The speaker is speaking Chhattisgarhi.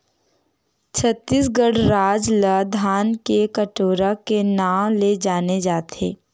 छत्तीसगढ़ राज ल धान के कटोरा के नांव ले जाने जाथे